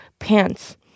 Pants